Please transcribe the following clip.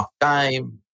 time